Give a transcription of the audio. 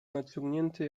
naciągnięty